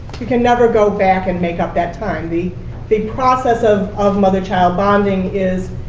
you can never go back and make up that time. the the process of of mother-child bonding is